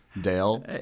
Dale